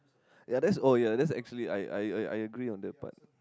ya that's oh ya that's actually I I I I agree on that part